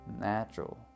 natural